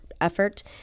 effort